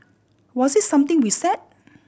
was it something we said